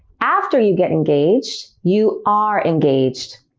after you get engaged, you are engaged.